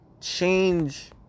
change